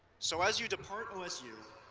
so, as you depart osu,